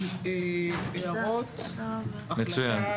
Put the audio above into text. מצוין.